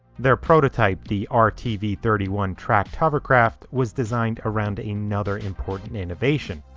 their prototype, the um rtv thirty one tracked hovercraft was designed around another important innovation.